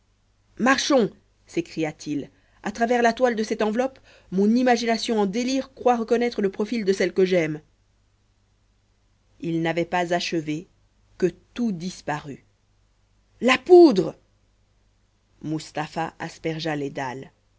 marchons s'écria-t-il à travers la toile de cette enveloppe mon imagination en délire croit reconnaître le profil de celle que j'aime il n'avait pas achevé que tout disparut la poudre mustapha aspergea